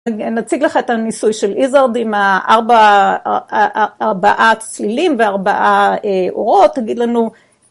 נציג לך את הניסוי של איזרד עם ארבעה צלילים וארבעה אורות, תגיד לנו.